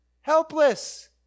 Helpless